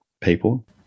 people